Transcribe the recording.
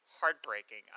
heartbreaking